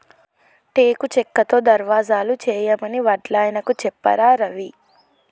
టేకు చెక్కతో దర్వాజలు చేయమని వడ్లాయనకు చెప్పారా రవి